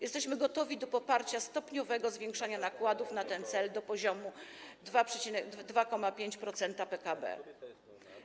Jesteśmy gotowi do poparcia stopniowego zwiększania nakładów na ten cel do poziomu 2,5% PKB.